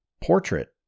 portrait